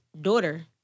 daughter